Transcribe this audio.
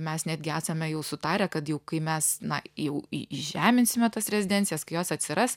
mes netgi esame jau sutarę kad jau kai mes na jau įžeminsime tas rezidencijas kai jos atsiras